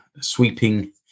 sweeping